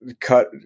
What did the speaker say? cut